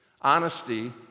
honesty